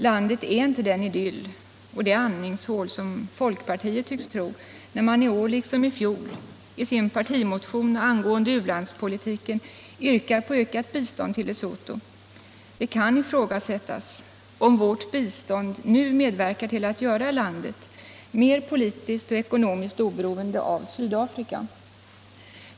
Landet är inte den idyll och det andningshål, som folkpartiet tycks tro, när man i år liksom i fjol i sin partimotion angående u-landspolitiken yrkar ökat bistånd till Lesotho. Det kan ifrågasättas om vårt bistånd nu medverkar till att göra landet mera politiskt och ekonomiskt oberoende av Sydafrika.